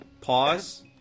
pause